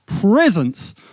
presence